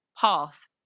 path